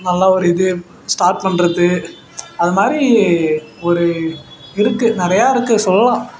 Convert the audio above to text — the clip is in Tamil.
நல்லா ஒரு இது ஸ்டார்ட் பண்ணுறது அது மாதிரி ஒரு இருக்குது நிறையா இருக்குது சொல்லலாம்